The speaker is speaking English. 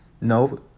no